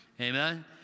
Amen